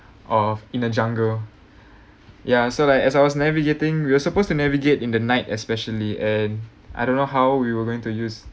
of in a jungle ya so like as I was navigating we were supposed to navigate in the night especially and I don't know how we were going to use